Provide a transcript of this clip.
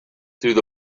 through